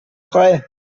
frei